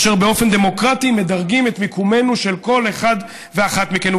אשר באופן דמוקרטי מדרגים את מיקומו של כל אחד ואחת מאיתנו.